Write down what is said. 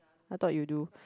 I thought you do